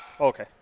Okay